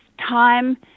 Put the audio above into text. time